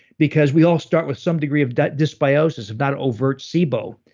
because we all start with some degree of dysbiosis, if not overt sibo.